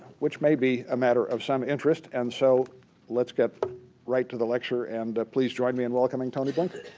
which may be a matter of some interest. and so let's get right to the lecture. and please join me in welcoming tony blinken.